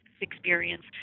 experience